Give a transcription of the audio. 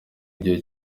igihe